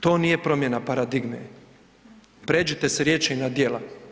To nije promjena paradigme, prijeđite s riječi na djela.